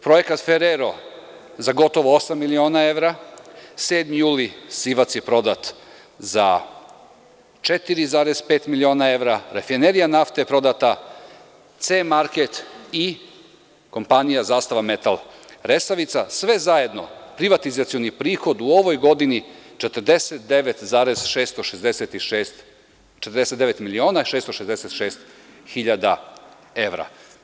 Projekat Ferero za gotovo osam miliona evra, Sedmi juli, Sivac je prodat za 4,5 miliona evra, Rafinerija nafte prodata, C Makret i kompanija Zastava metal, Resavica, sve zajedno privatizacioni prihod u ovoj godini 49,666 miliona evra.